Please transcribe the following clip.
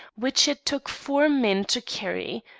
which it took four men to carry.